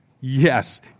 Yes